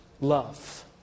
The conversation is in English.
love